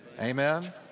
Amen